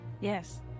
Yes